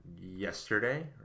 yesterday